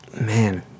man